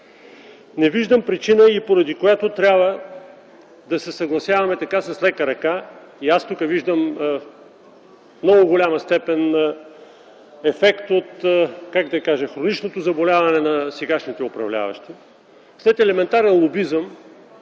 Не виждам причина, поради която трябва да се съгласяваме с лека ръка. Тук виждам в много голяма степен ефекта от, как да кажа, хроничното заболяване на сегашните управляващи – след елементарен лобизъм